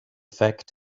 fact